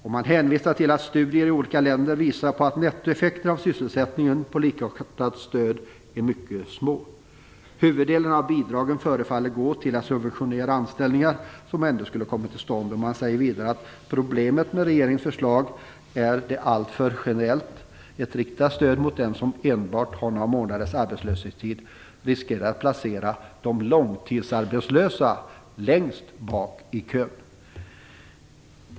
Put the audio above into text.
De hänvisar till att studier i olika länder visar på att nettoeffekterna på sysselsättningen av likartat stöd är mycket små. Huvuddelen av bidragen förefaller gå till att subventionera anställningar som ändå skulle kommit till stånd. Man säger vidare att problemet "med regeringens förslag är att det är alltför generellt: ett stöd riktat mot dem med enbart några månaders arbetslöshetstid riskerar att placera de långtidsarbetslösa längst bak i kön".